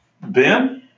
Ben